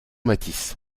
mathis